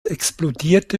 explodierte